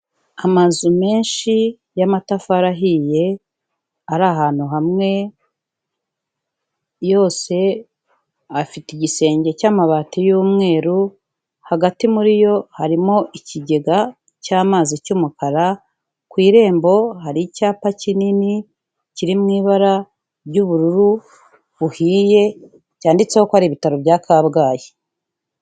Amazu menshi y'amatafari ahiye ari ahantu hamwe, yose afite igisenge cy'amabati y'umweru, hagati muri yo harimo ikigega cy'amazi cy'umukara, ku irembo hari icyapa kinini kiri mu ibara ry'ubururu buhiye, cyanditseho ko hari ibitaro bya Kabgayi.